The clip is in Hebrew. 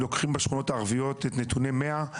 לוקחים בשכונות הערביות את נתוני 100,